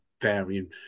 varying